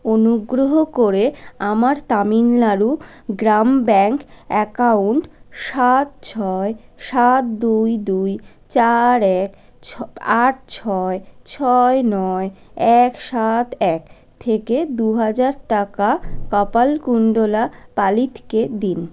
অনুগ্রহ করে আমার তামিলনাড়ু গ্রাম ব্যাঙ্ক অ্যাকাউন্ট সাত ছয় সাত দুই দুই চার এক ছ আট ছয় ছয় নয় এক সাত এক থেকে দু হাজার টাকা কপালকুণ্ডলা পালিতকে দিন